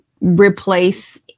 replace